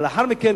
לאחר מכן,